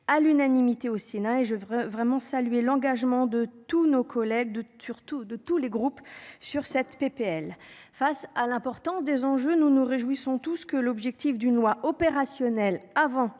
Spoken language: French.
à l'unanimité au Sénat et je veux vraiment saluer l'engagement de tous nos collègues de surtout de tous les groupes sur cette PPL face à l'importance des enjeux. Nous nous réjouissons tous ceux que l'objectif d'une loi opérationnelle avant